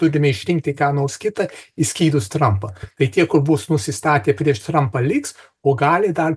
turime išrinkti ką nors kitą išskyrus trampą bet tie kur bus nusistatę prieš trampą liks o gali dar